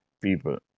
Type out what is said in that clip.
people